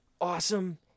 awesome